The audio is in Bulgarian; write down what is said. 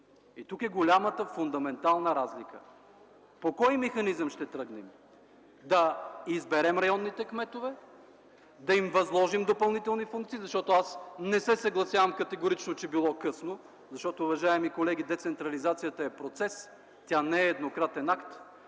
Тук е голямата фундаментална разлика. По кой механизъм ще тръгнем – да изберем районните кметове, да им възложим допълнителни функции, защото аз не се съгласявам, категорично, че било късно, защото, уважаеми колеги, децентрализацията е процес – тя не е еднократен акт.